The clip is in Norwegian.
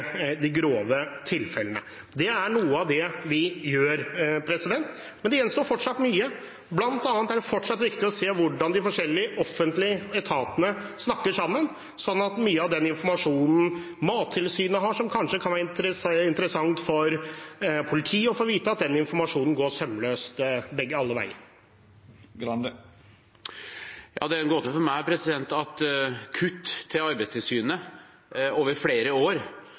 de grove tilfellene. Det er noe av det vi gjør. Men det gjenstår fortsatt mye, bl.a. er det fortsatt viktig å se på hvordan de forskjellige offentlige etatene snakker sammen – mye av den informasjonen Mattilsynet har, kan kanskje være interessant for politiet – informasjonen bør gå sømløst alle veier. Det er en gåte for meg at kutt til Arbeidstilsynet over flere år